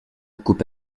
coupe